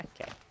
Okay